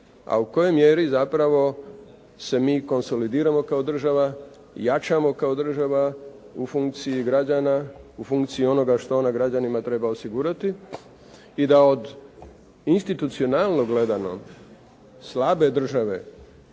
A u kojoj mjeri zapravo se mi konsolidiramo kao država, jačamo kao država u funkciji građana, u funkciji onoga što ona građanima treba osigurati i da od institucionalno gledano slabe države